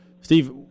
Steve